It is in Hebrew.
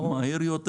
ברור.